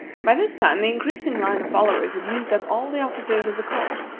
by this time the increasing line of followers had used up all the officers of the court,